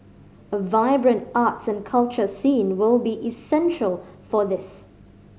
a vibrant arts and culture scene will be essential for this